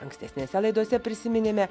ankstesnėse laidose prisiminėme